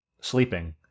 sleeping